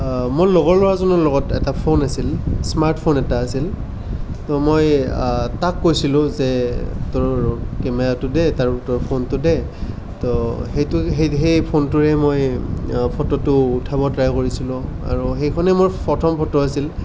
মোৰ লগৰ ল'ৰাজনৰ লগত এটা ফোন আছিল স্মাৰ্ট ফোন এটা আছিল তো মই তাক কৈছিলোঁ যে তোৰ কেমেৰাটো দে তাৰ তোৰ ফোনটো দে তো সেইটো সেই সেই ফোনটোৰে মই ফটোটো উঠাব ট্ৰাই কৰিছিলোঁ আৰু সেইখনে মোৰ প্ৰথম ফটো আছিল